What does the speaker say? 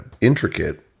intricate